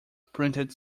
printed